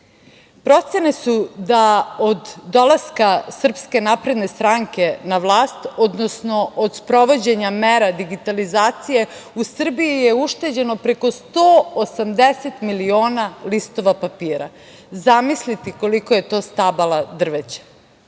sredinu. Procene su da od dolaska SNS na vlast, odnosno od sprovođenja mera digitalizacije u Srbiji je ušteđeno preko 180 miliona listova papira. Zamislite koliko je to stabala drveća.